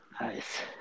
nice